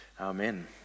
Amen